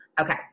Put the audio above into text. Okay